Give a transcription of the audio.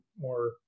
more